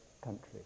country